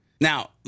Now